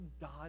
God